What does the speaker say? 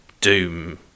Doom